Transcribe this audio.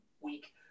week